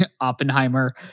Oppenheimer